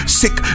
sick